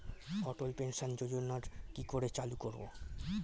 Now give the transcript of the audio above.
অটল pension যোজনার কি করে চালু করব?